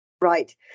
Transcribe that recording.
Right